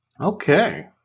Okay